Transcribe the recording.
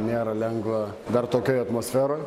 nėra lengva dar tokioj atmosferoj